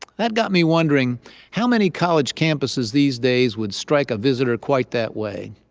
that got me wondering how many college campuses these days would strike a visitor quite that way.